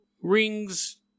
rings